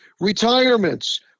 retirements